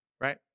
Right